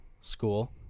school